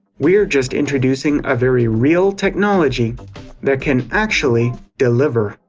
we're just introducing a very real technology that can actually deliver.